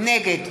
נגד